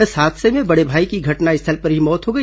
इस हादसे में बड़े भाई की घटनास्थल पर ही मौत हो गई